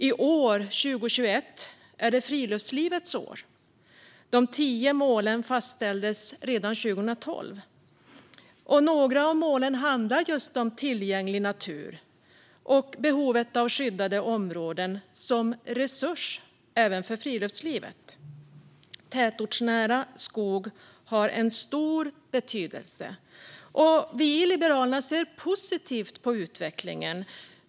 I år, 2021, är det friluftslivets år. De tio målen fastställdes 2012. Några av målen handlar om tillgänglig natur och behovet av skyddade områden som resurs även för friluftslivet. Tätortsnära skog har stor betydelse. Vi i Liberalerna ser positivt på utvecklingen.